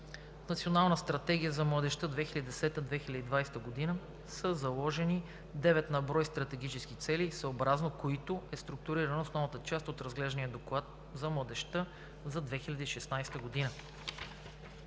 Националната стратегия за младежта 2010 – 2020 г. са заложени девет на брой стратегически цели, съобразно които е структурирана основната част от разглеждания Доклад за младежта за 2016 г.